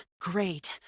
Great